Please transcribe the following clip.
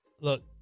look